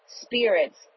spirits